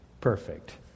Perfect